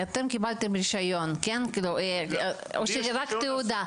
אתם קיבלתם רישיון או שרק תעודה?